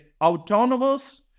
autonomous